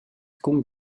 cun